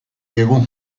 diegu